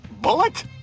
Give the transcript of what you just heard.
bullet